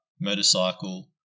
motorcycle